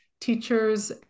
teachers